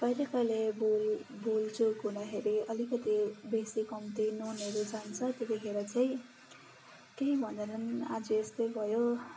कहिले कहिले भुल भुलचुक हुँदाखेरि अलिकति बेसी कम्ती नुनहरू जान्छ त्यतिखेर चाहिँ केही भन्दैनन् आज यस्तै भयो